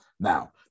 Now